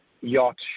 yacht